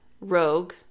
rogue